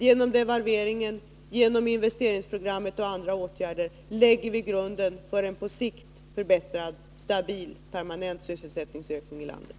Genom devalveringen, investeringsprogrammet och andra åtgärder lägger vi grunden för en på sikt förbättrad, stabil, permanent sysselsättningsökning i landet.